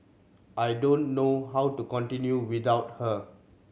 I don't know how to continue without her